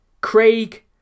Craig